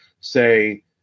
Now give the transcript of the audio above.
say